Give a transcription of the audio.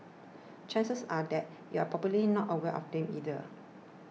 chances are that you're probably not aware of them either